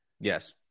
Yes